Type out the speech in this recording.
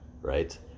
right